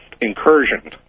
incursion